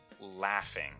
laughing